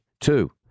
two